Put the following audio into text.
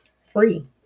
free